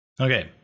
Okay